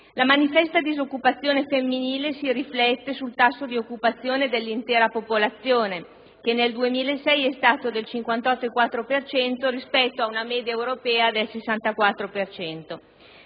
La manifesta disoccupazione femminile si riflette sul tasso di occupazione dell'intera popolazione, che nel 2006 è stato del 58,4 per cento, rispetto a una media europea del 64